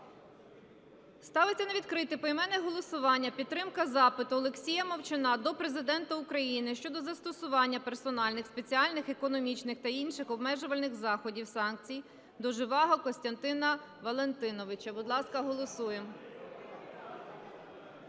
Ставиться на відкрите поіменне голосування підтримка запиту Олексія Мовчана до Президента України щодо застосування персональних спеціальних економічних та інших обмежувальних заходів (санкцій) до Жеваго Костянтина Валентиновича. Будь ласка, голосуємо,